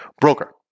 broker